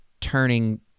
turning